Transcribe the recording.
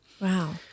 Wow